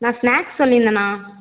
நான் ஸ்நாக்ஸ் சொல்லிருந்தேண்ணா